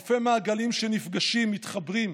אלפי מעגלים שנפגשים, מתחברים,